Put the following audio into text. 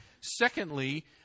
secondly